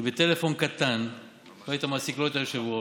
בטלפון קטן לא היית מעסיק לא את היושב-ראש,